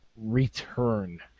return